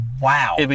Wow